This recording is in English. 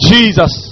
Jesus